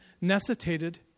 necessitated